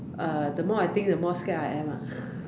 uh the more I think the more scared I am lah